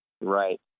Right